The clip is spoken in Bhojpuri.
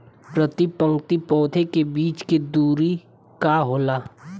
प्रति पंक्ति पौधे के बीच के दुरी का होला?